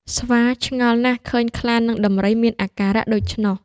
ស្វាឆ្ងល់ណាស់ឃើញខ្លា និងដំរីមានអាការៈដូច្នោះ។